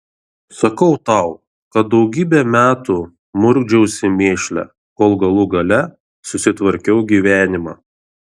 sakau tau kad daugybę metų murkdžiausi mėšle kol galų gale susitvarkiau gyvenimą